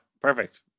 perfect